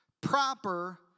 proper